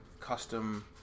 custom